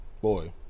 boy